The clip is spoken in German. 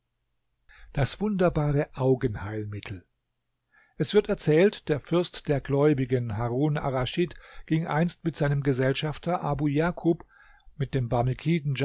das wunderbare augenheilmittel es wird erzählt der fürst der gläubigen harun arraschid ging einst mit seinem gesellschafter abu jakub mit dem